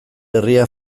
herria